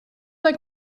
that